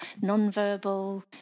nonverbal